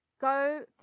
go